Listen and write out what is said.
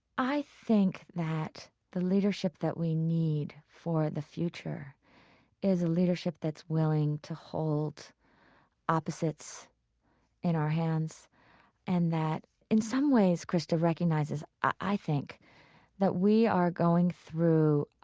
i think that the leadership that we need for the future is a leadership that's willing to hold opposites in our hands and that in some ways, krista, recognizes i think that we are going through